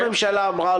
לנו